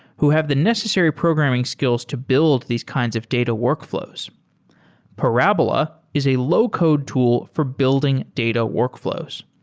who have the necessary programming skills to build these kinds of data workflows parabola is a low code tool for building data workflows.